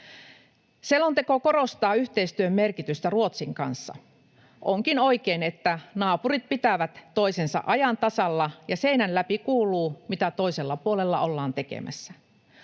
Selonteko korostaa yhteistyön merkitystä Ruotsin kanssa. Onkin oikein, että naapurit pitävät toisensa ajan tasalla ja seinän läpi kuuluu, mitä toisella puolella ollaan tekemässä.